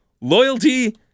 loyalty